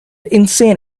insane